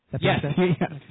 Yes